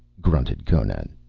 grunted conan.